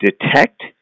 detect